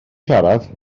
siarad